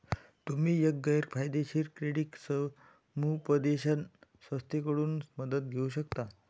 तुम्ही एक गैर फायदेशीर क्रेडिट समुपदेशन संस्थेकडून मदत घेऊ शकता